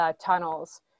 tunnels